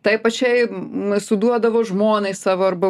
taip aš jai m suduodavau žmonai savo arba